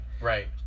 right